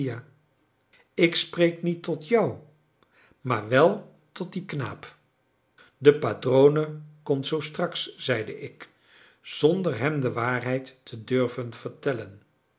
ik spreek niet tot jou maar wel tot dien knaap de padrone komt zoo straks zeide ik zonder hem de waarheid te durven vertellen